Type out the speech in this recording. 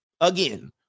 again